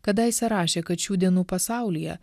kadaise rašė kad šių dienų pasaulyje